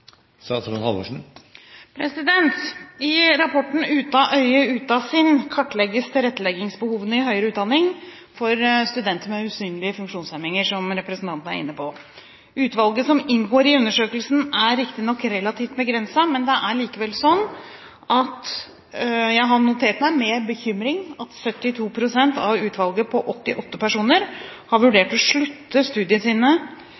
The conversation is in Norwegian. I rapporten «Ute av øye – ute av sinn?» kartlegges tilretteleggingsbehovene i høyere utdanning for studenter med usynlige funksjonshemninger, som representanten er inne på. Utvalget som inngår i undersøkelsen, er riktignok relativt begrenset, men jeg har notert meg – med bekymring – at 72 pst. av utvalget på 88 personer har